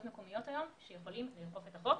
מקומיות היום שיכולים לאכוף את החוק.